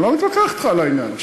אני לא מתווכח אתך על העניין.